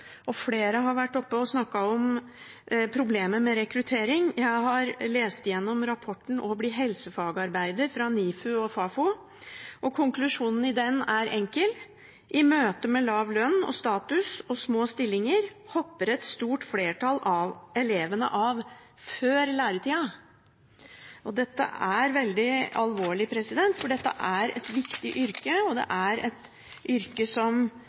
faggruppe. Flere har vært oppe og snakket om problemet med rekruttering. Jeg har lest igjennom rapporten «Å bli helsefagarbeider» fra NIFU og Fafo, og konklusjonen i den er enkel: I møte med lav lønn og status og små stillinger hopper et stort flertall av elevene av før læretida. Det er veldig alvorlig, for dette er et viktig yrke, og det er et yrke som